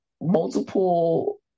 multiple